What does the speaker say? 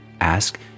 Ask